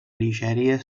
nigèria